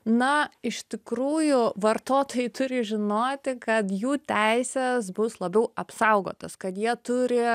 na iš tikrųjų vartotojai turi žinoti kad jų teisės bus labiau apsaugotos kad jie turi